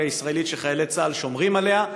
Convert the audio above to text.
הישראלית שחיילי צה"ל שומרים עליה,